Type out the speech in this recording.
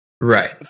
Right